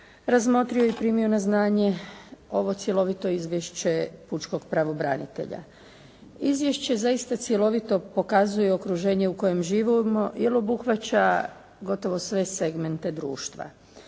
razmotrio je i primio na znanje ovo cjelovito izvješće pučkog pravobranitelja. Izvješće zaista cjelovito pokazuje okruženje u kojem živimo i obuhvaća gotovo sve segmente društva.